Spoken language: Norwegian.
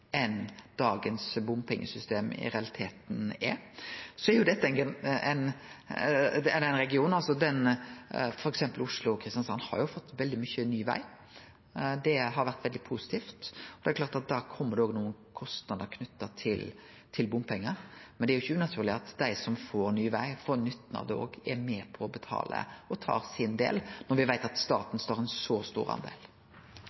dagens bompengesystem i realiteten er. Oslo–Kristiansand har jo fått veldig mykje ny veg, og det har vore veldig positivt. Det er klart at da kjem det òg nokre kostnader knytte til bompengar, men det er ikkje unaturleg at dei som får ny veg, som får nytten av det, òg er med på å betale og tar sin del når me veit at